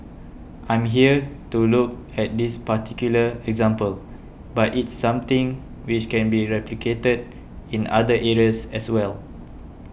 I'm here to look at this particular example but it's something which can be replicated in other areas as well